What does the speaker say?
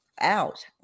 out